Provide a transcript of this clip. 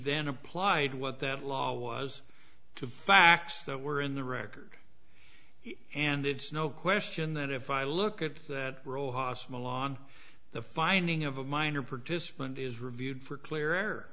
then applied what that law was to facts that were in the record and it's no question that if i look at that rojas molong the finding of a minor participant is reviewed for clear